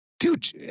dude